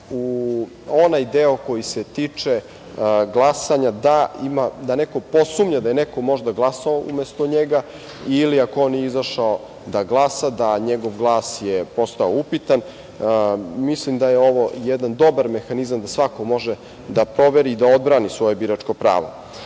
u onaj deo koji se tiče glasanja da neko posumnja da je neko možda glasao umesto njega, ili ako on nije izašao da glasa, da njegov glas je postao upitan. Mislim da je ovo jedan dobar mehanizam da svako može da proveri i da odbrani svoje biračko pravo. Novina